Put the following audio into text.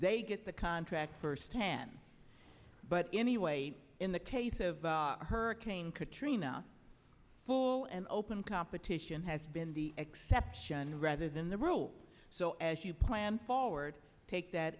they get the contract firsthand but anyway in the case of hurricane katrina full and open competition has been the exception rather than the rule so as you plan forward take that